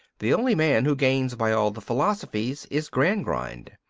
the only man who gains by all the philosophies is gradgrind.